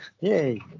yay